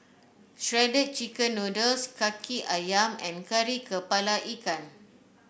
Shredded Chicken Noodles kaki ayam and Kari kepala Ikan